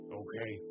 okay